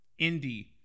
indie